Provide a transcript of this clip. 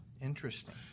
Interesting